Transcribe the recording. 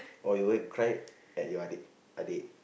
why you want to cry at your adik adik